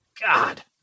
god